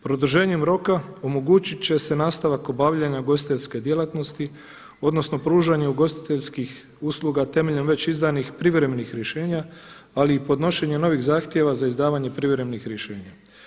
Produženjem roka omogućit će se nastavak obavljanja ugostiteljske djelatnosti odnosno pružanje ugostiteljskih usluga temeljem već izdanih privremenih rješenja ali i podnošenja novih zahtjeva za izdavanje privremenih rješenja.